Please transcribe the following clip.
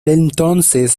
entonces